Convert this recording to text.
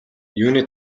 юуны